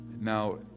Now